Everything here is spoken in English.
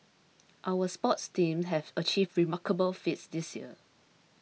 our sports team have achieved remarkable feats this year